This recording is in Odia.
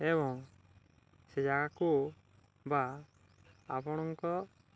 ଏବଂ ସେ ଜାଗାକୁ ବା ଆପଣଙ୍କ